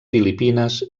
filipines